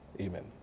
amen